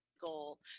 Goal